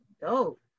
Dope